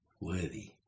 worthy